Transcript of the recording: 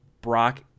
Brock